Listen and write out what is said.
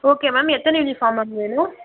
okay ma'am எத்தனை uniform ma'am வேணும்